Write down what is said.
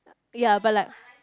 ya but like